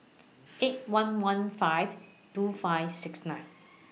eight one one five two five six nine